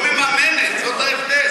את לא מממנת אותה,